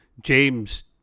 James